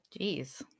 Jeez